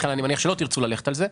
לכן אני מניח שלא תרצו ללכת על זה,